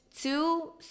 two